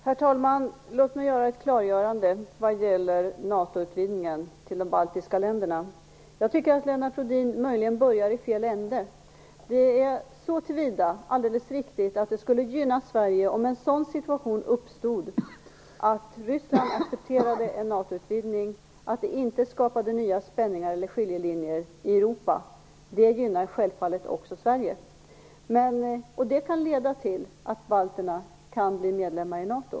Herr talman! Låt mig göra ett klarläggande vad gäller NATO-utvidgningen till de baltiska länderna. Jag tycker att Lennart Rohdin möjligen börjar i fel ände. Det är så till vida alldeles riktigt att det skulle gynna Sverige om en sådan situation uppstod att Ryssland accepterade en NATO-utvidgning, att det inte skapade nya spänningar eller skiljelinjer i Europa. Det gynnar självfallet också Sverige. Det kan leda till att balterna kan bli medlemmar i NATO.